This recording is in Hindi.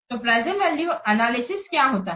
तो प्रेजेंट वैल्यू एनालिसिस क्या होता है